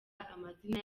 amazina